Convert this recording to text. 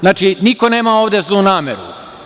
Znači, niko nema ovde zlu nameru.